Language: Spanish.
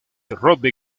rugby